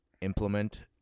implement